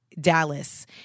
Dallas